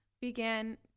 began